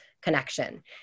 connection